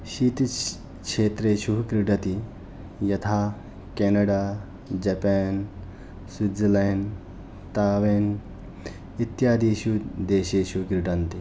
शीतक्षेत्रेषु क्रीडति यथा Canada Japan Switzerland Taiwan इत्यादिषु देशेषु क्रीडन्ति